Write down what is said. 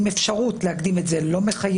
זה לא מחייב.